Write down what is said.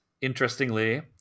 interestingly